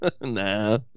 Nah